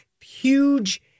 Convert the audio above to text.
huge